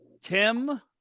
Tim